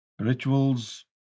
Rituals